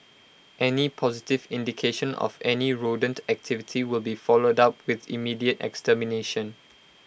any positive indication of any rodent activity will be followed up with immediate extermination